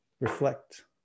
Reflect